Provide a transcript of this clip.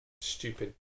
stupid